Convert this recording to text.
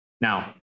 Now